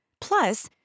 plus